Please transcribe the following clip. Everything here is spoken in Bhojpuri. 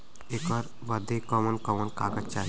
ऐकर बदे कवन कवन कागज चाही?